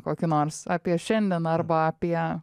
kokį nors apie šiandien arba apie